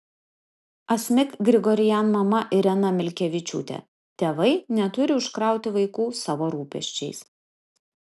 asmik grigorian mama irena milkevičiūtė tėvai neturi užkrauti vaikų savo rūpesčiais